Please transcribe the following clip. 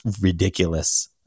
ridiculous